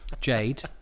Jade